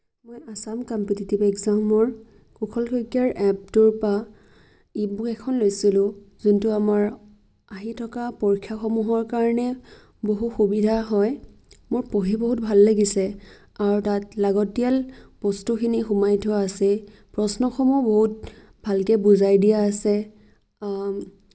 মই আচাম কম্পিটিটিভ এগজামৰ কুশল শইকীয়াৰ এপটোৰপৰা ই বুক এখন লৈছিলোঁ যোনটো আমাৰ আহি থকা পৰীক্ষাসমূহৰ কাৰণে বহু সুবিধা হয় মোৰ পঢ়ি বহুত ভাল লাগিছে আৰু তাত লাগতিয়াল বস্তুখিনি সোমাই থোৱা আছেই প্ৰশ্নসমূহ বহুত ভালকৈ বুজাই দিয়া আছে